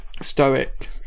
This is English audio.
stoic